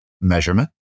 measurement